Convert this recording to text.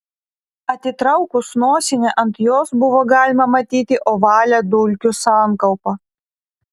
atitraukus nosinę ant jos buvo galima matyti ovalią dulkių sankaupą